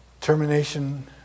Termination